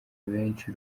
benshi